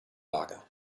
lager